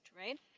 right